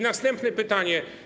Następne pytanie.